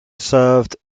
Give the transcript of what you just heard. served